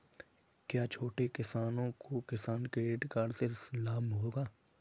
क्या छोटे किसानों को किसान क्रेडिट कार्ड से लाभ होगा?